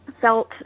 felt